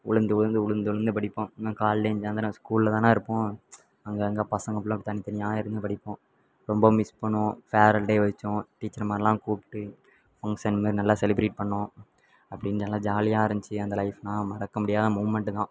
உழுந்து உழுந்து உழுந்து உழுந்து படிப்போம் ஏன்னால் காலைலேயும் சாயந்தரமும் ஸ்கூலில் தானே இருப்போம் அங்கங்கே பசங்கள் ஃபுல்லாக தனித்தனியாக இருந்து இருந்து படிப்போம் ரொம்ப மிஸ் பண்ணுவோம் ஃபேர்வெல் டே வைச்சோம் டீச்சர்மாரெல்லாம் கூப்பிட்டு பங்க்சன் மாரி நல்லா செலிப்ரேட் பண்ணிணோம் அப்படின் நல்லா ஜாலியாக இருந்துச்சி அந்த லைஃப்பெல்லாம் மறக்க முடியாத மூமெண்ட்டு தான்